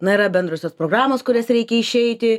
na yra bendrosios programos kurias reikia išeiti